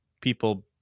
people